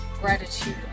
gratitude